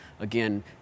Again